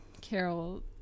Carol